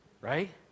right